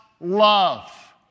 love